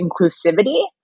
inclusivity